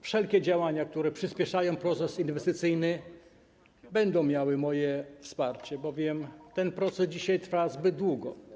Wszelkie działania, które przyspieszają proces inwestycyjny, będą miały moje wsparcie, bowiem ten proces dzisiaj trwa zbyt długo.